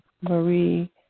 Marie